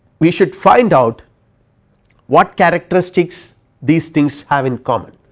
we should find out what characteristics these things have in common.